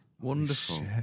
wonderful